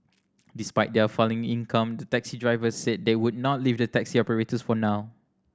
despite their falling income the taxi drivers said they would not leave the taxi operators for now